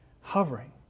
Hovering